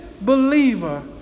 believer